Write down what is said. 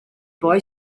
boy